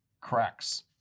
cracks